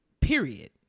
period